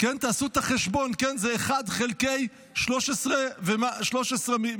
תעשו את החשבון, זה 1/13 מהפוטנציאל.